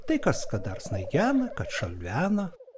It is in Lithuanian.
tai kas kad dar snaigena kad šalvena